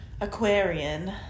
Aquarian